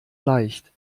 leicht